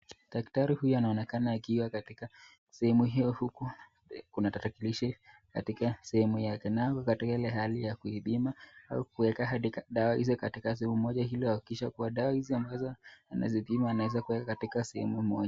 Daktari huyu anaonekana akiwa katika sehemu hiyo fukwe, kuna tarakilishi katika sehemu yake na ako katika ile hali ya kuipima au kuweka dawa hizo katika sehemu moja hili wahakikishe kuwa dawa hizi ambazo anazipima anaweza kuweka katika sehemu moja.